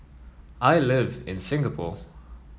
I live in Singapore